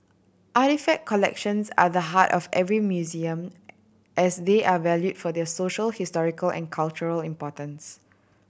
artefact collections are the heart of every museum as they are valued for their social historical and cultural importance